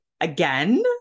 again